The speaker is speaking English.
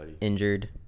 injured